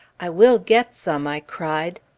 i will get some! i cried.